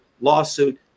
lawsuit